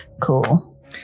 Cool